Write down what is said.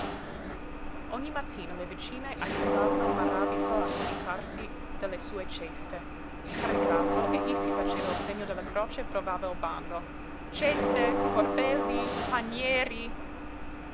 ogni mattina le vicine ajutavano maràbito a caricarsi delle sue ceste caricato egli si faceva il segno della croce e provava il bando ceste corbelli panieri